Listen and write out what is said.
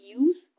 use